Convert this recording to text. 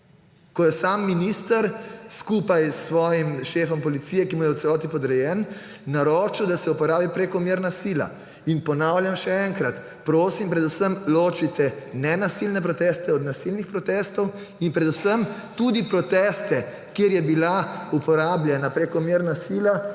ko je sam minister skupaj s svojim šefom policije, ki mu je v celoti podrejen, naročil, da se uporabi prekomerna sila. Ponavljam še enkrat; prosim, predvsem ločite nenasilne proteste od nasilnih protestov in predvsem tudi proteste, kjer je bila uporabljena prekomerna sila,